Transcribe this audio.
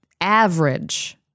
average